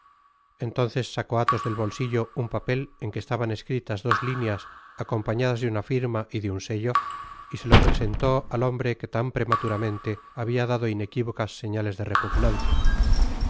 entonces sacó athos del bolsillo nn papel en que estaban escritas dos líneas acompañadas de una firma y de nn sello y se lo presentó al hombre que tau prematuramente habia dado inequívocas señales de repugnancia